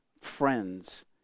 friends